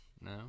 no